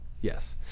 Yes